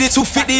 250